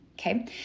Okay